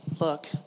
look